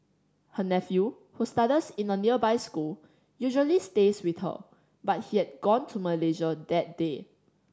her nephew who studies in a nearby school usually stays with her but he had gone to Malaysia that day